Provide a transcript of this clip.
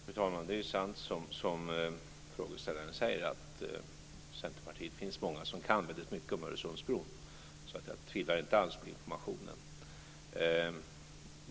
Fru talman! Det är sant, som frågeställaren säger, att det i Centerpartiet finns många som kan väldigt mycket om Öresundsbron, så jag tvivlar inte alls på informationen.